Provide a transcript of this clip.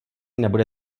nebude